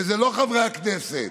וזה לא חברי הכנסת,